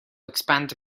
expand